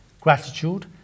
gratitude